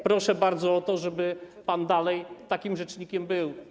Proszę bardzo o to, żeby pan dalej takim rzecznikiem był.